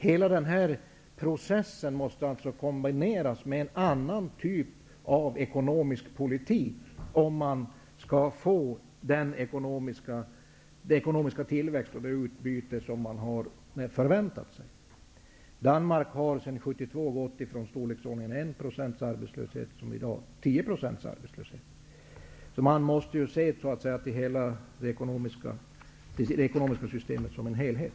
Hela processen måste kombineras med en annan typ av ekonomisk politik, om man skall få den ekonomiska tillväxt och det utbyte man har förväntat sig. Danmark har sedan 1972 gått från en arbetslöshet i storleksordningen 1 % till en arbetslöshet på 10 % i dag. Man måste se det ekonomiska systemet som en helhet.